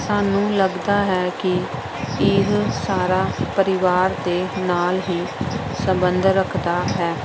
ਸਾਨੂੰ ਲੱਗਦਾ ਹੈ ਕਿ ਇਹ ਸਾਰਾ ਪਰਿਵਾਰ ਦੇ ਨਾਲ ਹੀ ਸੰਬੰਧ ਰੱਖਦਾ ਹੈ